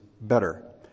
better